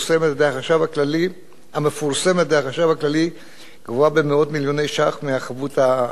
החשב הכללי גבוהה במאות מיליוני שקל מהחבות האמיתית,